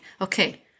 okay